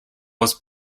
was